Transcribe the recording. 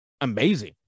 amazing